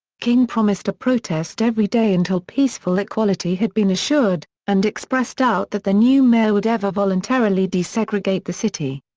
king promised a protest every day until peaceful equality had been assured and expressed doubt that the new mayor would ever voluntarily desegregate the city.